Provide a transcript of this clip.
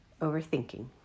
overthinking